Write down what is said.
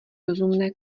rozumné